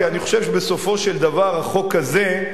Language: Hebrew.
כי אני חושב שבסופו של דבר החוק הזה,